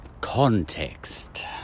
Context